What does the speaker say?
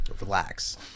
Relax